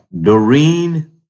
Doreen